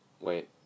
Wait